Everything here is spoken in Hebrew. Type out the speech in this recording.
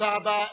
תודה רבה.